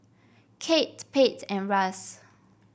Kate Pate and Russ